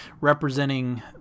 representing